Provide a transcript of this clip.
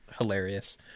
hilarious